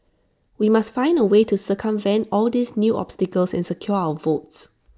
we must find A way to circumvent all these new obstacles and secure our votes